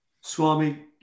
Swami